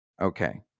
Okay